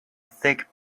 thick